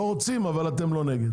לא רוצים, אבל לא נגד.